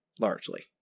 largely